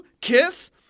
KISS